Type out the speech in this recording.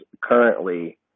Currently